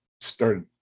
started